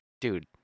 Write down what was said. Dude